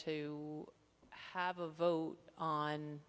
to have a vote on